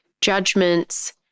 judgments